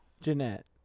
Jeanette